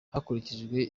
hakurikijwe